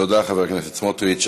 תודה, חבר הכנסת סמוטריץ.